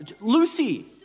Lucy